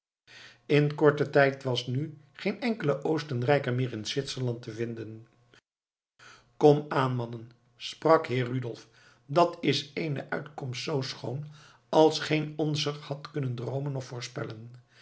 in korten tijd was nu geen enkele oostenrijker meer in zwitserland te vinden komaan mannen sprak heer rudolf dat is eene uitkomst z schoon als geen onzer had kunnen droomen of voorspellen